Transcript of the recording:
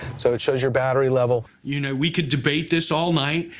so it shows your battery level. you know, we could debate this all night,